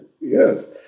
Yes